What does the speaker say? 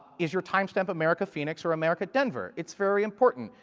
is your timestamp america phoenix or america denver? it's very important.